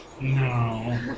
No